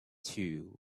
two